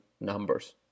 numbers